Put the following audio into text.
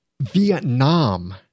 Vietnam